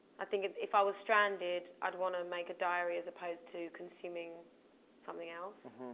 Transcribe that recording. i think, if if i was stranded, i'd want to make a diary as opposed to consuming something else.